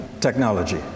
technology